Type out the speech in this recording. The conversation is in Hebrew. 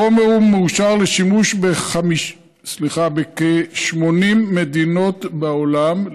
החומר מאושר לשימוש בכ-80 מדינות בעולם,